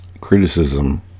criticism